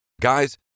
Guys